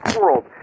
world